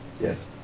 Yes